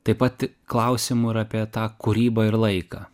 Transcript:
taip pat klausimų ir apie tą kūrybą ir laiką